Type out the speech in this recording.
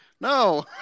No